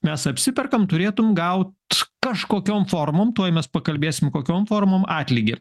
mes apsiperkam turėtum gaut kažkokiom formom tuoj mes pakalbėsim kokiom formom atlygį